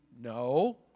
no